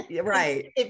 right